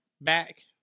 back